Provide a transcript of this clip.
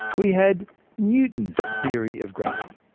we had newton's theory of gravity.